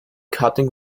cutting